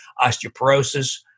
osteoporosis